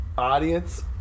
audience